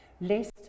lest